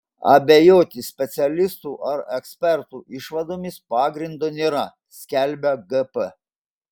abejoti specialistų ar ekspertų išvadomis pagrindo nėra skelbia gp